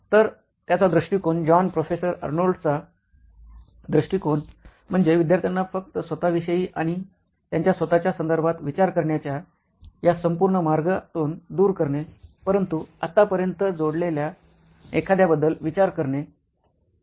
तर त्याचा दृष्टीकोन जॉन प्रोफेसर अर्नोल्डचा दृष्टीकोन म्हणजे विद्यार्थ्यांना फक्त स्वतःविषयी आणि त्यांच्या स्वतःच्या संदर्भात विचार करण्याच्या या संपूर्ण मार्गातून दूर करणे परंतु आतापर्यंत जोडलेल्या एखाद्याबद्दल विचार करणे होय